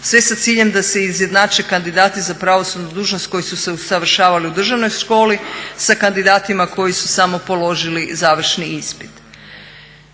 sve sa ciljem da se izjednače kandidati za pravosudnu dužnost koji su se usavršavali u državnoj školi sa kandidatima koji su samo položili završni ispit.